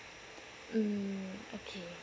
mm okay